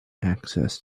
access